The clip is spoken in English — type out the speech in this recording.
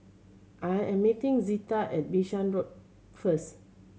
I am meeting Zita at Bishan Road first